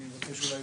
אני רוצה שאולי